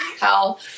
hell